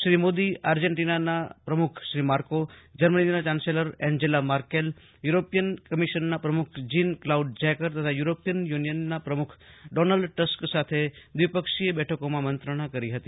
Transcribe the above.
શ્રી મોદી આર્જેન્ટિનાના પ્રમુખ શ્રી માકો જર્મીના ચાન્સેલર એન્જેલા માર્કેલ યુરોપિયન કમિશનના પ્રમુખ જીન કલાઉડ જંકર તથા યુરોપીયન યુનિયનના પ્રમુખ ડોનાલ્ડ ટ્રમ્પ સાથે દ્વિપક્ષીય બેઠકોમાં મંત્રણા કરી હતી